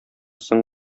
соң